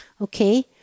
Okay